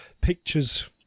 pictures